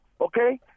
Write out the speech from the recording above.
okay